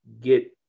get